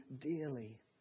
dearly